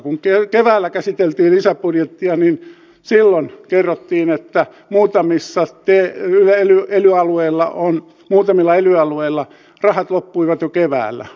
kun keväällä käsiteltiin lisäbudjettia niin silloin kerrottiin että muutamissa ja hyväilyn eli alueella on muutamilla ely alueilla rahat loppuivat jo keväällä